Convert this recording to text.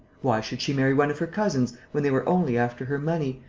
why should she marry one of her cousins when they were only after her money,